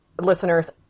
listeners